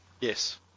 Yes